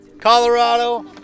Colorado